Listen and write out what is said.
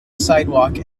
sidewalk